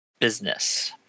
business